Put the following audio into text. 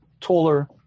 taller